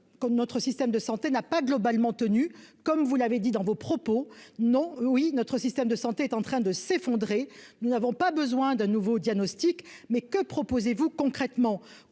comme notre système de santé n'a pas globalement tenu comme vous l'avez dit dans vos propos, non, oui, notre système de santé est en train de s'effondrer, nous n'avons pas besoin d'un nouveau diagnostic mais que proposez-vous concrètement